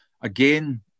Again